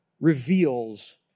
reveals